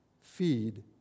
Feed